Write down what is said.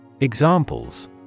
Examples